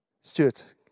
Stuart